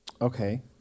Okay